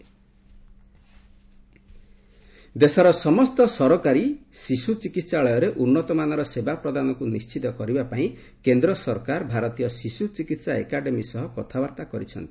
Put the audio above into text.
Irani pediatrics ଦେଶର ସମସ୍ତ ସରକାରୀ ଶିଶୁ ଚିକିତ୍ସାଳୟରେ ଉତ୍ତମମାନର ସେବା ପ୍ରଦାନକୁ ନିଣ୍ଟିତ କରିବା ପାଇଁ କେନ୍ଦ୍ର ସରକାର ଭାରତୀୟ ଶିଶୁ ଚିକିତ୍ସା ଏକାଡେମୀ ସହ କଥାବାର୍ତ୍ତା କରିଛନ୍ତି